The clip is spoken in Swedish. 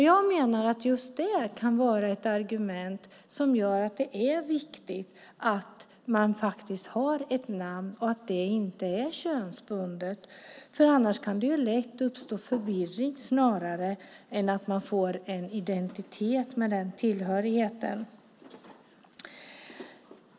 Jag menar att just det kan vara ett argument för att det är viktigt att man faktiskt har ett namn och att det inte är könsbundet. Annars kan det lätt uppstå förvirring snarare än att man får en identitet med den tillhörigheten.